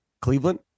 Cleveland